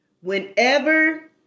whenever